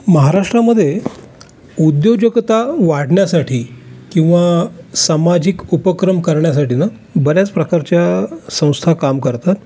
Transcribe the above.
महाराष्ट्रामध्ये उद्योजकता वाढण्यासाठी किंवा सामाजिक उपक्रम करण्यासाठी ना बऱ्याच प्रकारच्या संस्था काम करतात